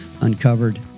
uncovered